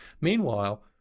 Meanwhile